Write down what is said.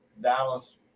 Dallas